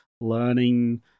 learning